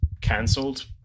cancelled